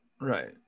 right